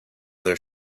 their